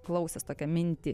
klausęs tokią mintį